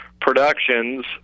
productions